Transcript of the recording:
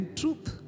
truth